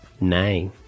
Nay